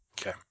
Okay